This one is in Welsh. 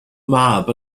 mab